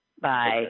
Bye